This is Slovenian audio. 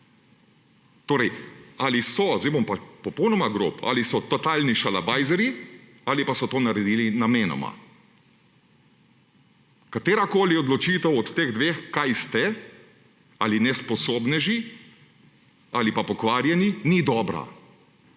Torej ‒, bom pa popolnoma grob – ali so totalni šalabajzerji ali pa so to naredili namenoma. Katerakoli odločitev od teh dveh, kaj ste, ali nesposobneži ali pa pokvarjeni, ni dobra,